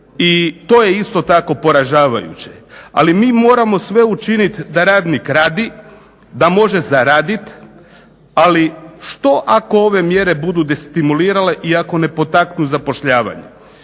i to je isto tako poražavajuće, ali mi moramo sve učinit da radnik radi, da može zaradit, ali što ako ove mjere budu destimulirale i ako ne potaknu zapošljavanje?